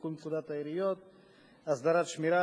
לתיקון פקודת העיריות (מס' 126) (הסדרת שמירה,